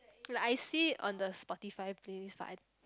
like I see it on the Spotify playlist but I